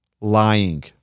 lying